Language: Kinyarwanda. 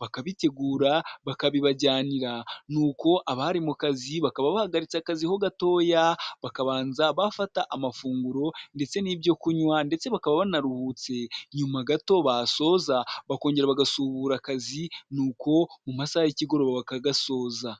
bakabitegura, bakabibajyanira, nuko abari mu kazi bakaba bahagaritse akazi ho gatoya, bakabanza bafata amafunguro ndetse n'ibyo kunywa ndetse bakaba banaruhutse, nyuma gato basoza bakongera bagasubukura akazi, nuko mu masaha y'ikigoroba bakagasoza.